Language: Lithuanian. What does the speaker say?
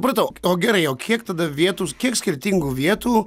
supratau o gerai o kiek tada vietų kiek skirtingų vietų